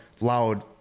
loud